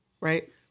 Right